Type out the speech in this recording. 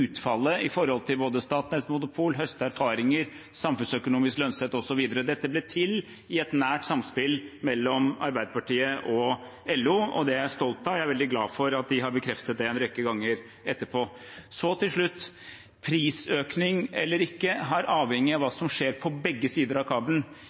Statnetts monopol, det å høste erfaringer, samfunnsøkonomisk lønnsomhet osv. Dette ble til i et tett samspill mellom Arbeiderpartiet og LO, og det er jeg stolt av. Jeg er veldig glad for at de har bekreftet det en rekke ganger etterpå. Til slutt: Prisøkning eller ikke er avhengig av